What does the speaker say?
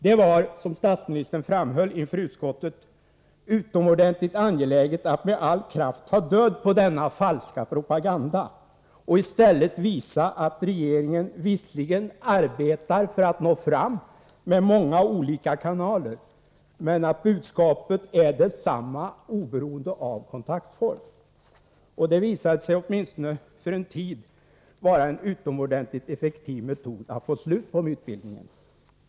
Det var, som statsministern framhöll inför utskottet, utomordentligt angeläget att med all kraft ta död på denna falska propaganda ochi stället visa att regeringen visserligen arbetar för att nå fram i många olika kanaler, men att budskapet är detsamma oberoende av kontaktform. Det visade sig åtminstone för en tid vara en utomordentligt effektiv metod att få slut på mytbildningen.